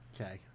Okay